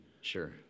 sure